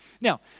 Now